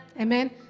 Amen